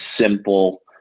simple